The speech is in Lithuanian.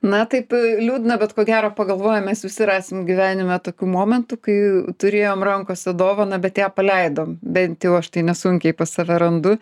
na taip liūdna bet ko gero pagalvoję mes visi rasim gyvenime tokių momentų kai turėjom rankose dovaną bet ją paleidom bent jau aš tai nesunkiai pas save randu